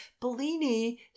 Bellini